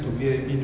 mm